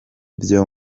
byo